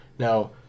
Now